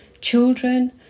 children